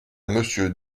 monsieur